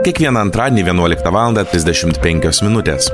kiekvieną antradienį vienuoliktą valandą trisdešimt penkios minutės